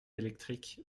électrique